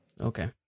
Okay